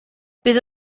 bydd